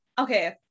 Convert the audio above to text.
Okay